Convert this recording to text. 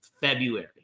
February